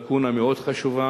לקונה מאוד חשובה.